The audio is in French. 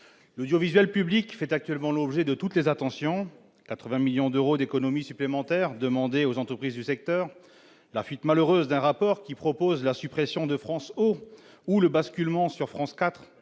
L'audiovisuel public fait actuellement l'objet de toutes les attentions, avec 80 millions d'euros d'économies supplémentaires demandés aux entreprises du secteur, la fuite malheureuse d'un rapport qui propose la suppression de France Ô, le basculement de France 4